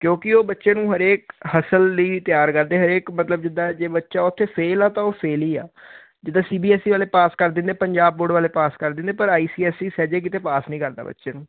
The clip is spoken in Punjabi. ਕਿਉਂਕਿ ਉਹ ਬੱਚੇ ਨੂੰ ਹਰੇਕ ਹਸਣ ਲਈ ਤਿਆਰ ਕਰਦੇ ਹਰੇਕ ਮਤਲਬ ਜਿੱਦਾਂ ਜੇ ਬੱਚਾ ਉਥੇ ਫੇਲ ਆ ਤਾਂ ਉਹ ਫੇਲ ਹੀ ਆ ਜਿੱਦਾਂ ਸੀ ਬੀ ਐਸ ਈ ਵਾਲੇ ਪਾਸ ਕਰ ਦਿੰਦੇ ਪੰਜਾਬ ਬੋਰਡ ਵਾਲੇ ਪਾਸ ਦਿੰਦੇ ਪਰ ਆਈ ਸੀ ਐਸ ਈ ਸਹਿਜੇ ਕੀਤੇ ਪਾਸ ਨੀ ਕਰਦਾ ਬੱਚੇ ਨੂੰ